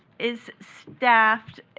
is staffed.